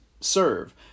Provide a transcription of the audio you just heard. serve